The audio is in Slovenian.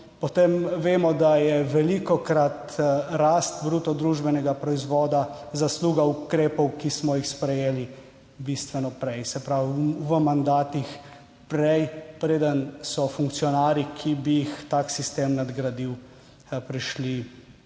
potem vemo, da je velikokrat rast bruto družbenega proizvoda zasluga ukrepov, ki smo jih sprejeli bistveno prej, se pravi, v mandatih prej, preden so funkcionarji, ki bi jih tak sistem nadgradil, prišli